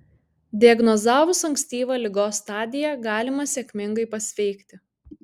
diagnozavus ankstyvą ligos stadiją galima sėkmingai pasveikti